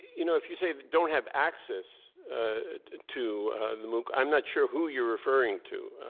you know if you say don't have access to the moocs i'm not sure who you're referring to,